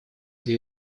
для